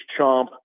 Chomp